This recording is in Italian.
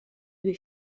due